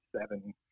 seven